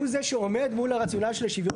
שהוא זה שעומד מול הרציונל של השוויון,